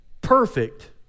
perfect